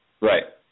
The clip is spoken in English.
Right